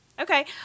okay